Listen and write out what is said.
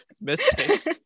mistakes